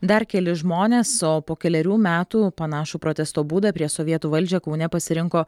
dar keli žmonės o po kelerių metų panašų protesto būdą prieš sovietų valdžią kaune pasirinko